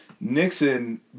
Nixon